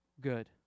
good